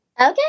Okay